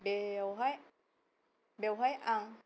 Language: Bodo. बेयावहाय बेवहाय आं